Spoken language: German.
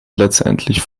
letztendlich